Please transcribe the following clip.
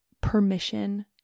permission